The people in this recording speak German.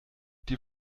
dir